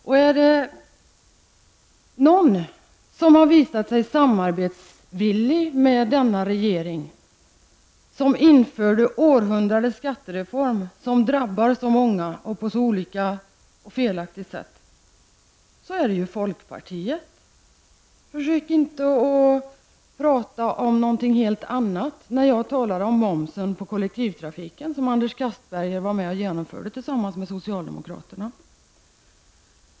Och är det någon som har visat sig samarbetsvillig i förhållande till denna regering som införde århundradets skattereform, som drabbar så många och på så felaktigt sätt, så är det ju folkpartiet. Försök inte prata om någonting helt annat när jag talar om momsen på kollektivtrafiken, som Anders Castberger var med och genomförde tillsammans med socialdemokraterna!